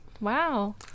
Wow